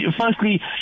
firstly